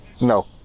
no